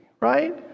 Right